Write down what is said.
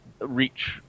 reach